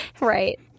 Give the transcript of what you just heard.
Right